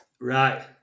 Right